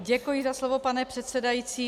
Děkuji za slovo, pane předsedající.